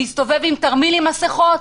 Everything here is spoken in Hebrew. להסתובב עם תרמיל עם מסכות,